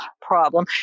problem